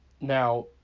Now